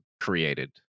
created